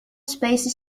space